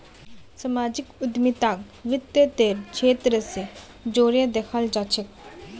सामाजिक उद्यमिताक वित तेर क्षेत्र स जोरे दखाल जा छेक